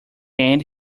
end